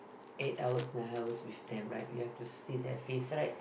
eight hours nine hours with them right you have to see their face right